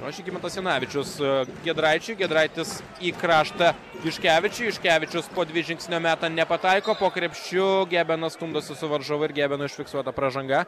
o žygimantas janavičius giedraičiui giedraitis į kraštą juškevičiui juškevičius po dvi žingsnio meta nepataiko po krepšiu gebenas stumdosi su varžovu ir gebenui užfiksuota pražanga